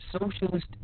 socialist